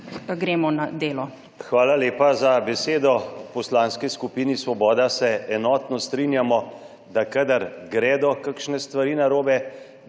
Svoboda): Hvala lepa za besedo. V Poslanski skupini Svoboda se enotno strinjamo, da kadar gredo kakšne stvari narobe,